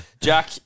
Jack